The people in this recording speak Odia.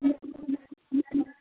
ହଁ